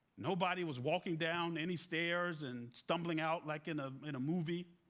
nobody was walking down any stairs and stumbling out like in a and movie.